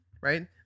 right